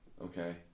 Okay